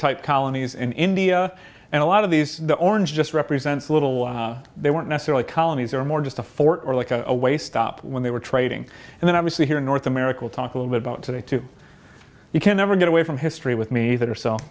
type colonies in india and a lot of these the orange just represents a little they weren't necessarily colonies or more just a fort or like a away stop when they were trading and then obviously here in north america will talk a little bit about today too you can never get away from history with me either so